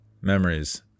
Memories